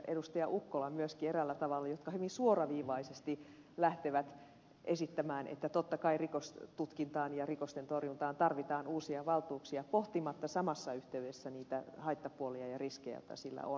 ukkola myöskin eräällä tavalla jotka hyvin suoraviivaisesti lähtevät esittämään että totta kai rikostutkintaan ja rikosten torjuntaan tarvitaan uusia valtuuksia pohtimatta samassa yhteydessä niitä haittapuolia ja riskejä joita sillä on